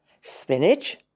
spinach